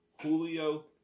Julio